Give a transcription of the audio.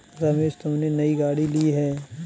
रमेश तुमने नई गाड़ी ली हैं